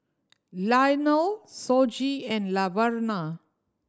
Leonel Shoji and Laverna